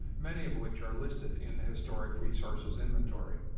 many of which are listed in the historic resources inventory.